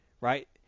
right